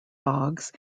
bogs